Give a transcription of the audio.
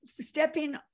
stepping